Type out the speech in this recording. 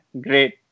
Great